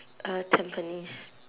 tampines